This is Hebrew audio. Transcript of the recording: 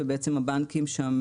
ובעצם הבנקים שם